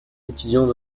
étudiants